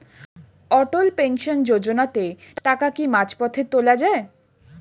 অটল pension যোজনাতে টাকা কি মাঝপথে তোলা যায়?